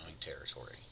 territory